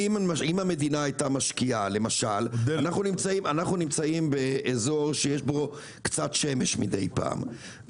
אנחנו נמצאים באזור שיש בו קצת שמש מדי פעם,